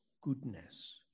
goodness